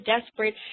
desperate